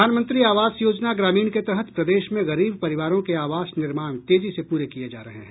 प्रधानमंत्री आवास योजना ग्रामीण के तहत प्रदेश में गरीब परिवारों के आवास निर्माण तेजी से पूरे किये जा रहे हैं